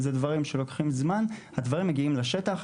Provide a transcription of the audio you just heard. הדבר הזה לא מתקבל על הדעת.